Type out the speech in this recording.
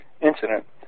incident